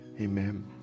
Amen